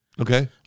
Okay